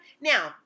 now